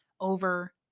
over